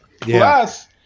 Plus